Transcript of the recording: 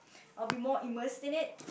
I'll be more immerse in it